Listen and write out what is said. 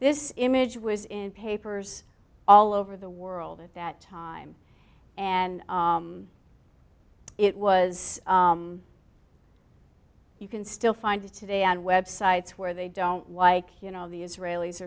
this image was in papers all over the world at that time and it was you can still find it today on websites where they don't like you know the israelis